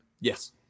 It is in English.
yes